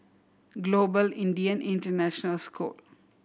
Global Indian International School